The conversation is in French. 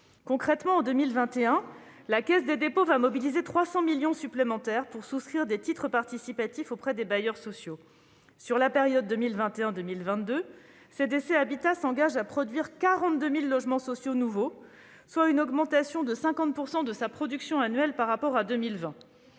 Concrètement, en 2021, la Caisse des dépôts va mobiliser 300 millions d'euros supplémentaires pour souscrire des titres participatifs auprès des bailleurs sociaux. Sur la période 2021-2022, CDC Habitat s'engage à produire 42 000 logements sociaux nouveaux, soit une augmentation de 50 % de sa production annuelle par rapport à 2020.